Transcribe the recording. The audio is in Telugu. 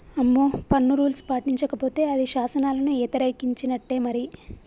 అమ్మో పన్ను రూల్స్ పాటించకపోతే అది శాసనాలను యతిరేకించినట్టే మరి